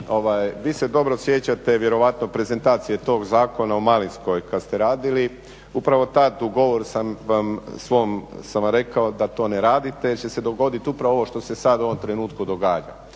vi se dobro sjećate vjerojatno prezentacije toga zakona u Malinskoj kada ste radili. Upravo tada u govoru svom sam vam rekao da to ne radite jer će se dogoditi upravo ovo što se sada u ovom trenutku događa.